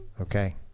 okay